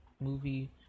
movie